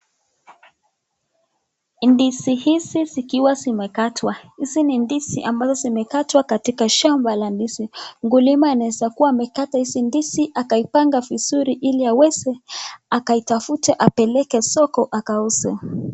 Ndizi hizi zikiwa zimekatwa. Hizi ni ndizi ambazo zimekatwa katika shamba la ndizi. Mkulima anaweza kuwa amekata hizi ndizi akaipanga vizuri ili aweze akaitafute aipeleke soko akauze.